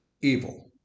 evil